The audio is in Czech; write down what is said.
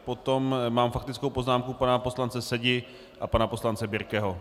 Potom mám faktickou poznámku pana poslance Sedi a pana poslance Birkeho.